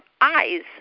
eyes